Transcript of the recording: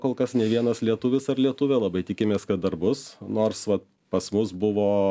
kol kas nė vienas lietuvis ar lietuvė labai tikimės kad dar bus nors va pas mus buvo